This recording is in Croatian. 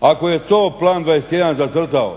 ako je to Plan 21 zacrtao